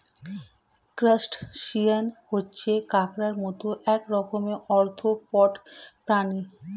crustacean হচ্ছে কাঁকড়ার মত এক রকমের আর্থ্রোপড প্রাণী